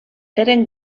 eren